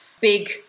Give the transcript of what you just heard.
big